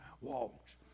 walks